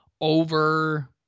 over